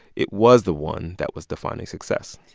it was the one that was defining success.